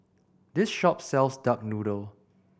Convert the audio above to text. this shop sells duck noodle